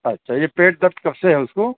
اچھا یہ پیٹ درد کب سے ہے اُس کو